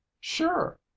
Sure